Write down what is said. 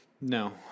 No